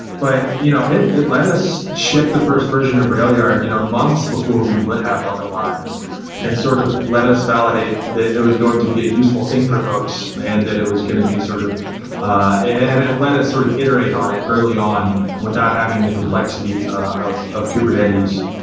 but you know it it lead us shift the first version of railyard you know months before we would have otherwise and sort of let us validate that it was going to be a useful thing for folks and then it was going to be sort of and and let us sort of iterate on it early on without having the complexity ah of kubernetes.